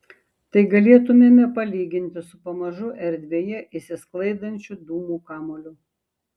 tai galėtumėme palyginti su pamažu erdvėje išsisklaidančiu dūmų kamuoliu